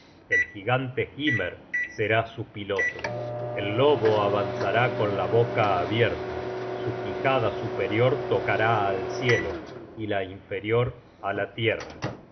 el gigante hymer será su piloto el lobo avanzará con la boca abierta su quijada superior tocará al cielo y la inferior á la tierra